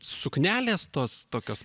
suknelės tos tokios